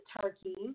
Turkey